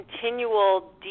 continual